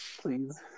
please